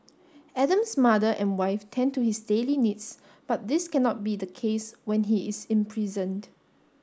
Adam's mother and wife tend to his daily needs but this cannot be the case when he is imprisoned